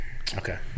Okay